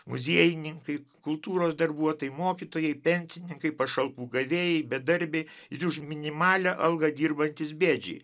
muziejininkai kultūros darbuotojai mokytojai pensininkai pašalpų gavėjai bedarbiai ir už minimalią algą dirbantys bėdžiai